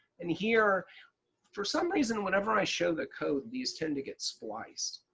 and here for some reason whenever i show the code these tend to get spliced.